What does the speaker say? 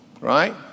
right